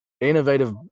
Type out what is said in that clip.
innovative